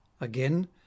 again